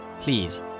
Please